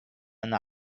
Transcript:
n’a